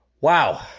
Wow